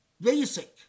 basic